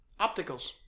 Opticals